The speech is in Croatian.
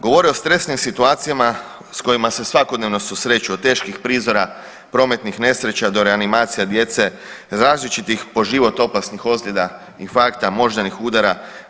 Govore o stresnim situacijama s kojima se svakodnevno susreću od teških prizora prometnih nesreća do reanimacija djece različitih po život opasnih ozljeda, infarkta, moždanih udara.